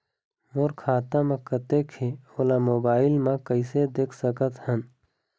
मोर खाता म कतेक हे ओला मोबाइल म कइसे देख सकत हन?